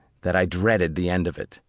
that i dreaded the end of it.